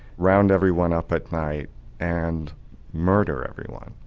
round everyone up at night and murder everyone.